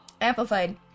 Amplified